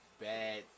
bad